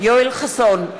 יואל חסון,